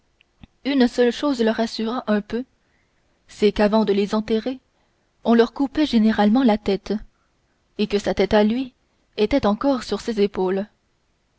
une seule chose le rassura un peu c'est qu'avant de les enterrer on leur coupait généralement la tête et que sa tête à lui était encore sur ses épaules